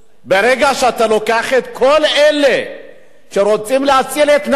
ברגע שאתה לוקח את כל אלה שרוצים להציל את נפשם